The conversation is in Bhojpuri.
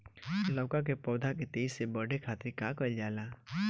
लउका के पौधा के तेजी से बढ़े खातीर का कइल जाला?